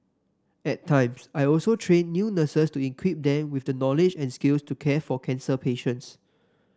at times I also train new nurses to equip them with the knowledge and skills to care for cancer patients